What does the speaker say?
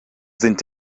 sind